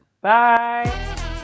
Bye